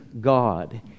God